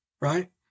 right